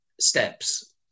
steps